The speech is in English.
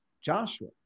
Joshua